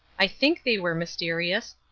i think they were mysterious.